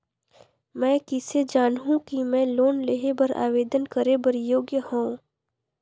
मैं किसे जानहूं कि मैं लोन लेहे बर आवेदन करे बर योग्य हंव?